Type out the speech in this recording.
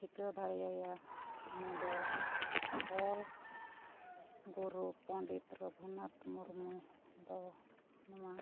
ᱴᱷᱤᱠᱟᱹ ᱫᱟᱲᱮ ᱟᱭᱟ ᱩᱱᱤ ᱫᱚ ᱚᱞ ᱜᱩᱨᱩ ᱯᱚᱰᱤᱛ ᱨᱟᱹᱜᱷᱩᱱᱟᱛ ᱢᱩᱨᱢᱩ ᱫᱚ ᱱᱚᱣᱟ